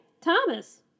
thomas